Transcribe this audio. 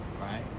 right